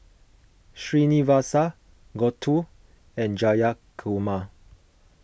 Srinivasa Gouthu and Jayakumar